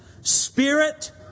Spirit